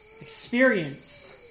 Experience